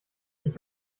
ich